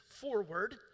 forward